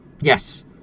Yes